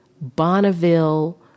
Bonneville